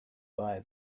buy